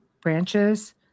branches